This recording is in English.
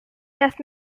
death